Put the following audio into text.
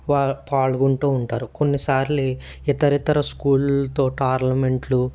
వా పాల్గొంటూ ఉంటారు కొన్నిసార్లు ఇతర ఇతర స్కూతో టోర్నమెంట్లు